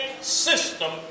system